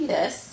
Yes